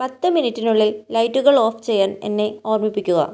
പത്ത് മിനിറ്റിനുള്ളിൽ ലൈറ്റുകൾ ഓഫ് ചെയ്യാൻ എന്നെ ഓർമ്മിപ്പിക്കുക